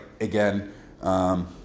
again